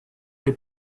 les